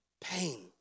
Pain